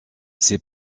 ces